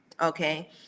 Okay